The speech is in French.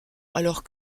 alors